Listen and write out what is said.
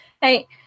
hey